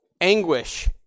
anguish